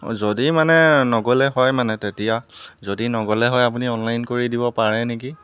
যদি মানে নগ'লে হয় মানে তেতিয়া যদি নগ'লে হয় আপুনি অনলাইন কৰি দিব পাৰে নেকি